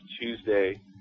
Tuesday